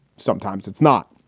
sometimes it's not.